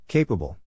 Capable